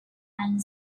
and